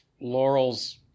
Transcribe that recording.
Laurel's